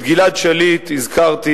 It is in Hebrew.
את גלעד שליט הזכרתי.